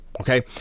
Okay